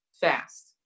fast